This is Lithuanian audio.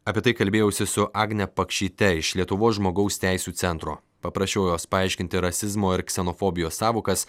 apie tai kalbėjausi su agne pakšyte iš lietuvos žmogaus teisių centro paprašiau jos paaiškinti rasizmo ir ksenofobijos sąvokas